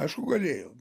aišku galėjau